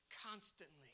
constantly